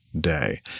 day